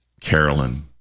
Carolyn